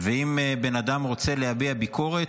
ואם בן אדם רוצה להביע ביקורת,